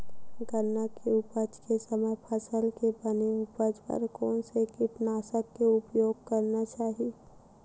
गन्ना के उपज के समय फसल के बने उपज बर कोन से कीटनाशक के उपयोग करना चाहि?